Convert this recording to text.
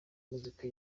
muzika